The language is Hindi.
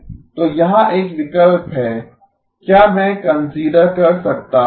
तो यहाँ एक विकल्प है क्या मैं कंसीडर कर सकता हूं